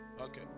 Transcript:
Okay